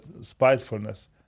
spitefulness